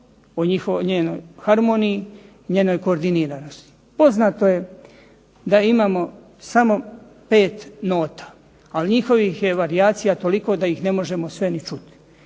o njenoj harmoniji, njenoj koordiniranosti. Poznato je da imamo samo pet nota, ali njihovih je varijacija toliko da ih ne možemo sve ni čuti.